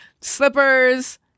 slippers